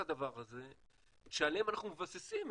שעליהם אנחנו מבססים,